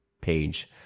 page